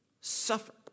suffer